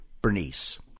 Bernice